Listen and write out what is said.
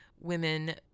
women